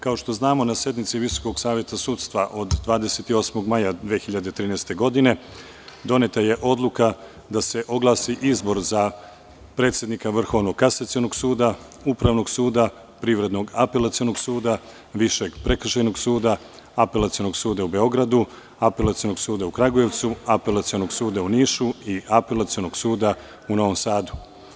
Kao što znamo, na sednici Visokog saveta sudstva od 28. maja 2013. godine doneta je Odluka da se oglasi izbor za predsednika Vrhovnog kasacionog suda, Upravnog suda, Privrednog apelacionog suda, Višeg prekršajnog suda, Apelacionog suda u Beogradu, Apelacionog suda u Kragujevcu, Apelacionog suda u Nišu i Apelacionog suda u Novom Sadu.